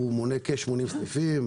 הוא מונה כ-80 סניפים,